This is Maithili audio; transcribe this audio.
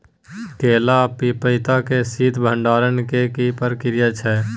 केला आ पपीता के शीत भंडारण के की प्रक्रिया छै?